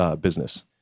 business